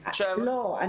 לא.